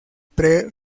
pre